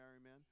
amen